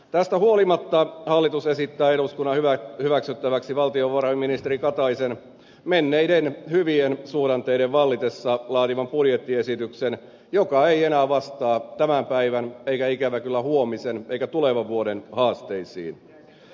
tästä huolimatta hallitus esittää eduskunnan hyväksyttäväksi valtiovarainministeri kataisen menneiden hyvien suhdanteiden vallitessa laatiman budjettiesityksen joka ei enää vastaa tämän päivän eikä ikävä kyllä huomisen eikä tulevan vuoden haasteisiin